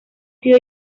sido